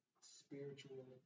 spiritual